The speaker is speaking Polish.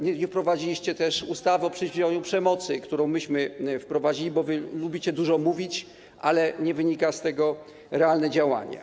Nie wprowadziliście też ustawy o przeciwdziałaniu przemocy, którą myśmy wprowadzili, bo wy lubicie dużo mówić, ale nie wynika z tego realne działanie.